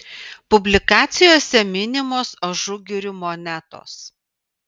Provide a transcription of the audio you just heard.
publikacijose minimos ažugirių monetos